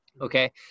Okay